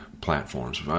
platforms